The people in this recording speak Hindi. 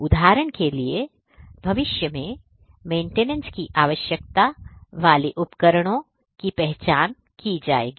उदाहरण के लिए भविष्य में मेंटेनेंस की आवश्यकता वाले उपकरणों की पहचान की जाएगी